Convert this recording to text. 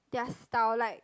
their style like